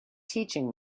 teaching